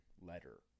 letter